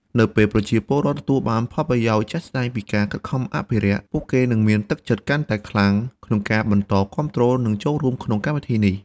នៅពេលប្រជាពលរដ្ឋទទួលបានផលប្រយោជន៍ជាក់ស្ដែងពីការខិតខំអភិរក្ស ពួកគេនឹងមានទឹកចិត្តកាន់តែខ្លាំងក្នុងការបន្តគាំទ្រ និងចូលរួមក្នុងកម្មវិធីនេះ។